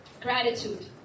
gratitude